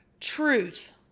truth